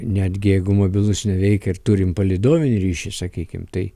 netgi jeigu mobilus neveikia ir turim palydovinį ryšį sakykim tai